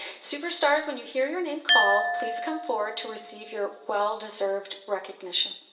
super stars, when you hear your name called, please come forward to receive your well deserved recognition.